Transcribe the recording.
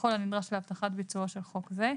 ככל הנדרש להבטחת ביצועו של חוק זה,